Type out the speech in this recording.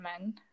men